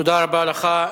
תודה רבה לך.